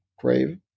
crave